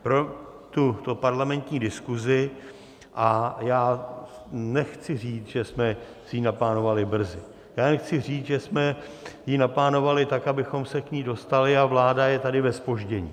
Pro tuto parlamentní diskusi a já nechci říct, že jsme si ji naplánovali brzy, já jen chci říct, že jsme ji naplánovali tak, abychom se k ní dostali, a vláda je tady ve zpoždění.